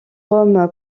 rome